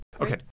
Okay